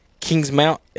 Kingsmount